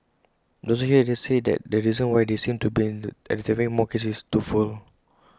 doctors here say that the reason why they seem to be identifying more cases is twofold